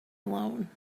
alone